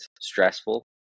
stressful